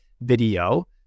video